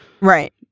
Right